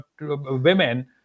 women